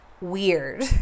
weird